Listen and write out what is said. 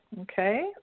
Okay